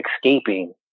escaping